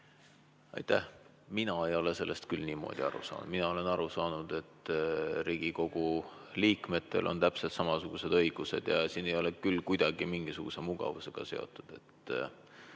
Aitäh! Mina ei ole sellest küll niimoodi aru saanud. Mina olen aru saanud, et Riigikogu liikmetel on täpselt samasugused õigused, ja see ei ole küll kuidagi mingisuguse mugavusega seotud.